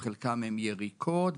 חלקם הם יריקות,